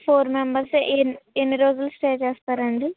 four మెంబెర్సే ఎన్ని ఎన్ని రోజులు స్టే చేస్తారండి